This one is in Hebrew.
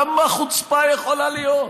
כמה חוצפה יכולה להיות?